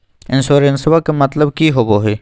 इंसोरेंसेबा के मतलब की होवे है?